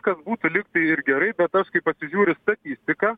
kas būtų lyg tai ir gerai bet aš kai pasižiūriu statistiką